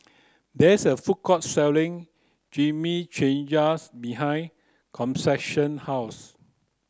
there is a food court selling Chimichangas behind Concepcion's house